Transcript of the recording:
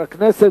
רבותי,